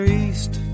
east